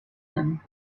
him